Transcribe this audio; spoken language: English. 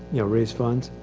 you know raise funds.